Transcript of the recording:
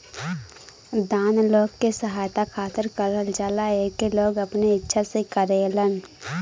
दान लोग के सहायता खातिर करल जाला एके लोग अपने इच्छा से करेलन